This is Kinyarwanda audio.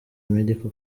medical